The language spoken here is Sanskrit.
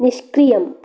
निष्क्रियम्